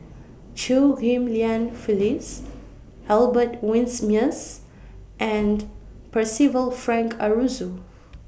Chew Ghim Lian Phyllis Albert Winsemius and Percival Frank Aroozoo